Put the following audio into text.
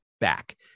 back